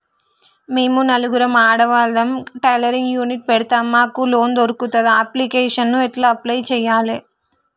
మేము నలుగురం ఆడవాళ్ళం టైలరింగ్ యూనిట్ పెడతం మాకు లోన్ దొర్కుతదా? అప్లికేషన్లను ఎట్ల అప్లయ్ చేయాలే?